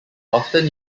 often